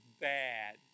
bad